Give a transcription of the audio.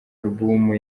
alubumu